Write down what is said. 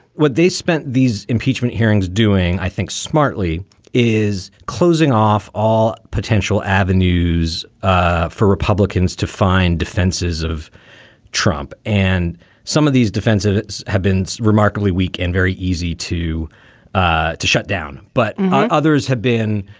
what they spent these impeachment hearings doing, i think, smartly is closing off all potential avenues ah for republicans to find defenses of trump. and some of these defenses have been remarkably weak and very easy to ah to shut down. but others have been,